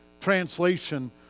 translation